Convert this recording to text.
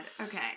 Okay